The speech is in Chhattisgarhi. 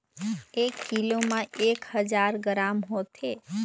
एक कीलो म एक हजार ग्राम होथे